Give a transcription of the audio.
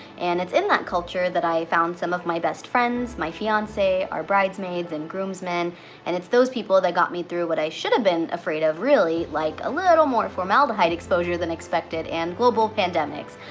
and it's in that culture that i found some of my best friends, my fiancee, our bridesmaids and groomsmen and it's those people that got me through what i should've been afraid of really like a little more formaldehyde exposure than expected and global pandemics.